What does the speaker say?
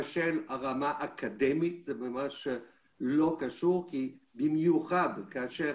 שלהתפשר על רמה אקדמית זה ממש לא קשור כי במיוחד כאשר